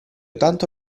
tanto